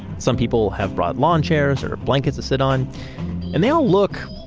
some people have brought lawn chairs or blankets to sit on and they all look,